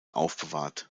aufbewahrt